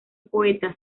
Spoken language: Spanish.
poeta